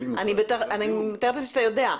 אני מתארת לעצמי שאתה יודע.